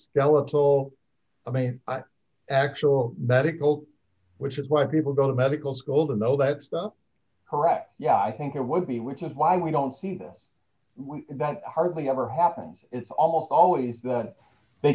skeletal of my actual medical which is why people go to medical school to know that's the correct yeah i think it would be which is why we don't see this hardly ever happens it's almost always that they